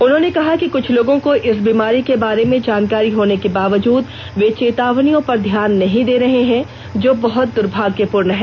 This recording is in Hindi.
उन्होंने कहा कि क्छ लोगों को इस बीमारी के बारे में जानकारी होने के बावजूद वे चेतावनियों पर ध्यान नहीं दे रहे हैं जो बहुत दुर्भाग्यपूर्ण है